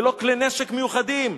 ללא כלי נשק מיוחדים,